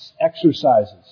exercises